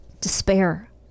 despair